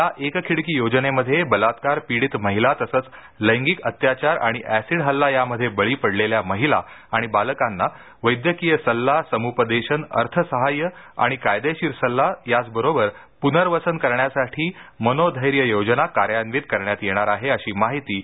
या एक खिडकी योजनेमध्ये बलात्कारपीडित महिला तसंच लैंगिक अत्याचार आणि असिड हल्ला यामध्ये बळी पडलेल्या महिला आणि बालकांना वैद्यकीय सल्ला समुपदेशन अर्थसाह्य आणि कायदेशीर सल्ला त्याच बरोबर पुनर्वसन करण्यासाठी मनोधैर्य योजना कार्यान्वित करण्यात येणार आहे अशी माहिती डॉ